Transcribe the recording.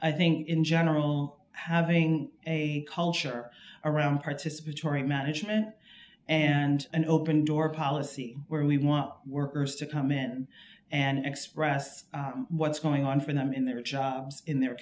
i think in general having a culture around participatory management and an open door policy where we want workers to come in and express what's going on for them in their jobs in their